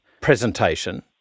presentation